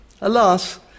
Alas